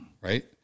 right